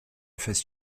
phase